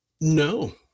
No